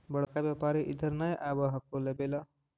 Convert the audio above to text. बड़का व्यापारि इधर नय आब हको लेबे ला?